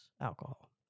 alcohol